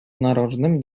narożnym